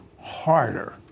harder